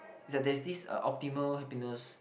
that there's this uh optimal happiness